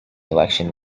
election